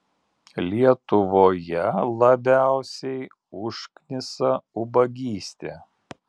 lietuvoje labiausiai užknisa ubagystė